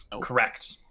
Correct